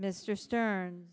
mr stern